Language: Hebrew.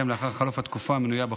שתתקיים לאחר חלוף התקופה המנויה בחוק.